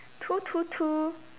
two two two